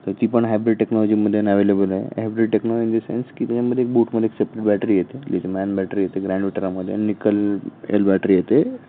तर ती पण हायब्रिड टेक्नॉलॉजीमध्ये ॲवेलेबल आहे hybrid techno in the sense की त्याच्यामध्ये एक बूटमध्ये एक सेप्रेट बॅटरी येते मॅन बॅटरी येते ग्रॅन्ड विटरामध्ये निकल एल बॅटरी येते